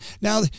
now